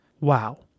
wow